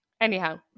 Anyhow